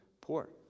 poor